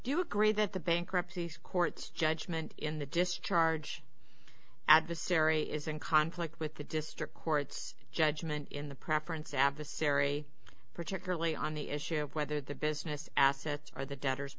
do you agree that the bankruptcy court's judgment in the discharge adversary is in conflict with the district court's judgment in the preference of the sciri particularly on the issue of whether the business assets or the debtors